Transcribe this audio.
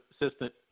assistant